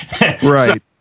right